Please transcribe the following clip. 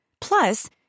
Plus